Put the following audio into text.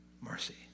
Mercy